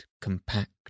compact